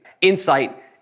insight